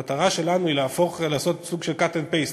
המטרה שלנו היא לעשות סוג של cut and paste,